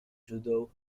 judo